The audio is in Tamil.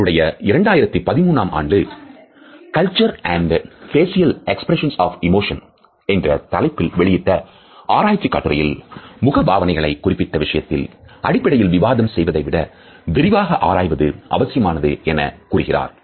அவருடைய 2013 ஆம் ஆண்டு Culture and Facial Expressions of Emotion என்ற தலைப்பில்வெளியிட்ட ஆராய்ச்சிக் கட்டுரையில் " முகபாவனைகளை குறிப்பிட்ட விஷயத்தின் அடிப்படையில் விவாதம் செய்வதை விட விரிவாக ஆராய்வது அவசியமானது" எனக் கூறுகிறார்